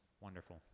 Wonderful